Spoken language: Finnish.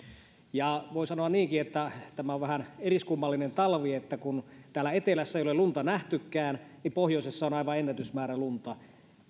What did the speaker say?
voi sanoa niinkin että tämä on vähän eriskummallinen talvi sillä vaikka täällä etelässä ei ole lunta nähtykään niin pohjoisessa on aivan ennätysmäärä lunta